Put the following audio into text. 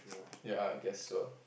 ya I guess so